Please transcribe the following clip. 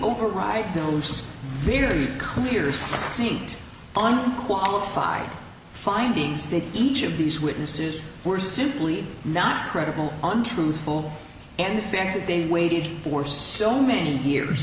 override the use very clear seat on qualified findings that each of these witnesses were simply not credible untruthful and the fact that they waited for so many years